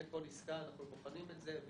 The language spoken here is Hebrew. לפני כל עסקה אנחנו בוחנים את זה.